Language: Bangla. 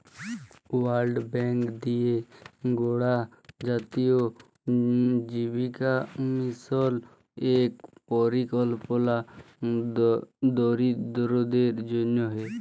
ওয়ার্ল্ড ব্যাংক দিঁয়ে গড়া জাতীয় জীবিকা মিশল ইক পরিকল্পলা দরিদ্দরদের জ্যনহে